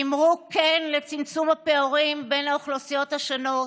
אמרו כן לצמצום הפערים בין האוכלוסיות השונות,